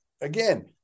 again